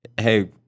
hey